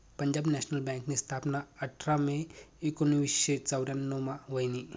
Punjab National बँकनी स्थापना आठरा मे एकोनावीसशे चौर्यान्नव मा व्हयनी